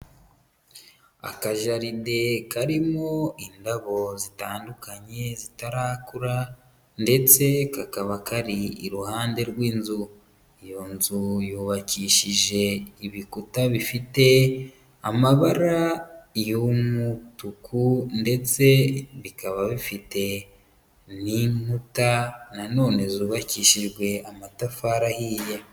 Akajaride karimo indabo zitandukanye zitarakura ndetse kakaba kari iruhande rw'inzu, iyo nzu yubakishije ibikuta bifite amabara y'umutuku ndetse bikaba bifite n'inkuta na none zubakishijwe amatafari ahiye.